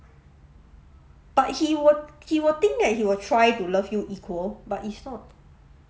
but he will he will think that he will try to love you equal but it's not